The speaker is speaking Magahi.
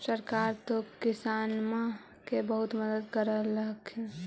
सरकार तो किसानमा के बहुते मदद कर रहल्खिन ह?